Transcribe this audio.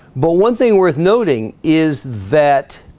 but one thing worth noting is that?